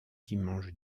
dimanche